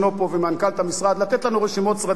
וממנכ"לית המשרד לתת לנו רשימות פרטים,